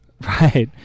Right